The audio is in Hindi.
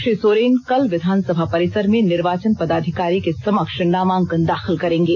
श्री सोरेन कल विधानसभा परिसर में निर्वाचन पदाधिकारी के समक्ष नामांकन दाखिल करेंगे